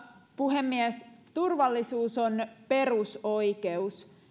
puhemies turvallisuus on perusoikeus